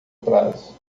prazo